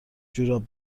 جوراب